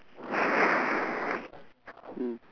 mm